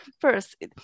First